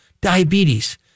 diabetes